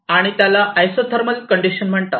त्याला isothermal condition म्हणतात